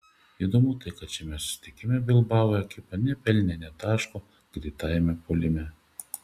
įdomu tai kad šiame susitikime bilbao ekipa nepelnė nė taško greitajame puolime